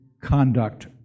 conduct